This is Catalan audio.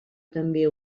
també